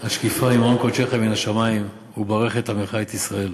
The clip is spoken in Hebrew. "השקיפה ממעון קדשך מן השמים וברך את עמך את ישראל